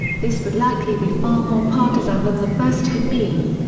this would likely be far more partisan than the first had been.